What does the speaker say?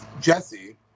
Jesse